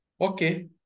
Okay